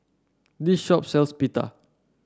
this shop sells Pita